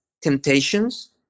temptations